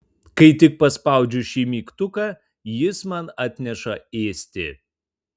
kai tik paspaudžiu šį mygtuką jis man atneša ėsti